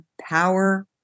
power